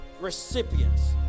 recipients